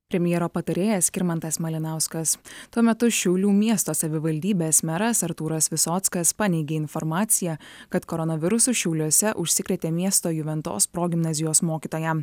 premjero patarėjas skirmantas malinauskas tuo metu šiaulių miesto savivaldybės meras artūras visockas paneigė informaciją kad koronavirusu šiauliuose užsikrėtė miesto juventos progimnazijos mokytoja